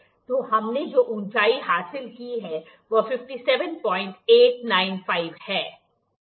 तो हमने जो ऊंचाई हासिल की है वह 57895 है